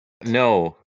No